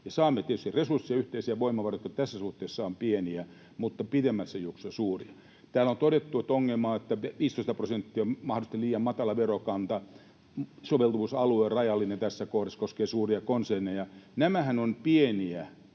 Saamme tietysti resursseja ja yhteisiä voimavaroja, jotka tässä suhteessa ovat pieniä mutta pitemmässä juoksussa suuria. Täällä on todettu, että ongelma on, että 15 prosenttia on mahdollisesti liian matala verokanta, soveltuvuusalue rajallinen tässä kohdassa, koskee suuria konserneja. Nämähän ovat pieniä